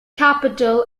capital